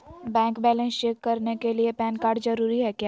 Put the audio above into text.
Bank balance check करने के लिए पैन कार्ड जरूरी है क्या?